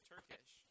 Turkish